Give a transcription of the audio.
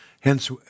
Hence